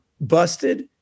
busted